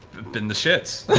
been the shits.